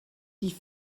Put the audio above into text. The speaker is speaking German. die